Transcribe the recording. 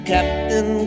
Captain